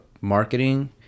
marketing